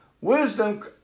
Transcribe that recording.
Wisdom